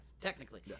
Technically